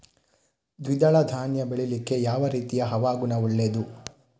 ದ್ವಿದಳ ಧಾನ್ಯ ಬೆಳೀಲಿಕ್ಕೆ ಯಾವ ರೀತಿಯ ಹವಾಗುಣ ಒಳ್ಳೆದು?